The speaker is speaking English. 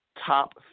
top